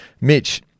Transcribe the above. Mitch